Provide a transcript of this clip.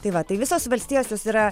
tai va tai visos valstijos jos yra